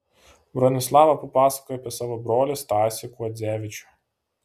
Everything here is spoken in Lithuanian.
bronislava papasakojo apie savo brolį stasį kuodzevičių